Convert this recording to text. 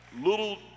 little